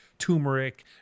turmeric